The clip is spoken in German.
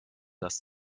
das